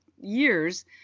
years